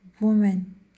woman